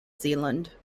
zealand